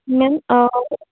ma'am